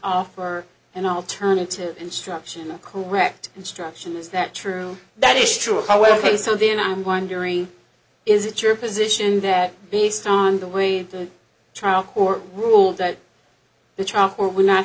offer an alternative instruction or a correct instruction is that true that is true however they so then i'm wondering is it your position that based on the way the trial court ruled that the trial court would not